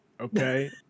okay